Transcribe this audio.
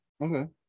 Okay